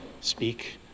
speak